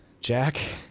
jack